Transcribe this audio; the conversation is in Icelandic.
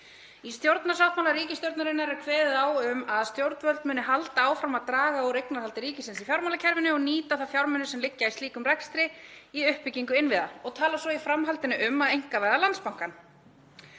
„Í stjórnarsáttmála ríkisstjórnarinnar er kveðið á um að stjórnvöld muni halda áfram að draga úr eignarhaldi ríkisins í fjármálakerfinu og nýta fjármuni sem liggja í slíkum rekstri í uppbyggingu innviða.“ — Og talar svo í framhaldinu um að einkavæða Landsbankann.